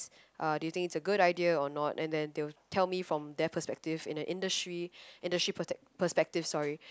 uh do you think it's a good idea or not and then they'll tell me from their perspective in a industry industry pers~ perspective sorry